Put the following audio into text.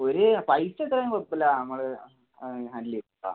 ഒര് പൈസ എത്ര ആയാലും കുഴപ്പമില്ല നമ്മൾ അത് ഹാൻഡിൽ ചെയ്യും ആ